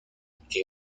que